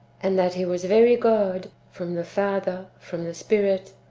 and that he was very god, from the father, from the spirit,